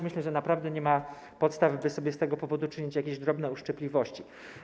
Myślę, że naprawdę nie ma podstaw, by sobie z tego powodu czynić jakieś drobne uszczypliwości.